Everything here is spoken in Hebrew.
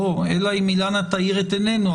אלא אם אילנה תאיר את עינינו,